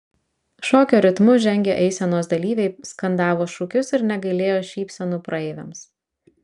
šokio ritmu žengę eisenos dalyviai skandavo šūkius ir negailėjo šypsenų praeiviams